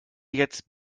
jetzt